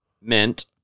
Mint